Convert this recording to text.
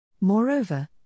Moreover